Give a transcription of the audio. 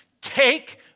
Take